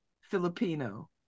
Filipino